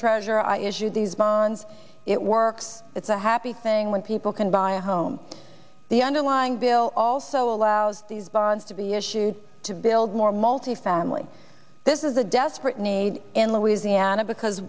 treasurer i issue these bonds it works it's a happy thing when people can buy a home the underlying bill also allows these bonds to be issued to build more multifamily this is a desperate need in louisiana because